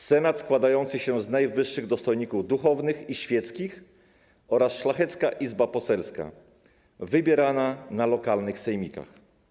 Senat składający się z najwyższych dostojników duchownych i świeckich oraz szlachecka izba poselska wybierana na lokalnych sejmikach.